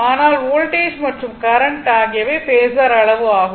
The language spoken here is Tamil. ஆனால் வோல்டேஜ் மற்றும் கரண்ட் ஆகியவை பேஸர் அளவு ஆகும்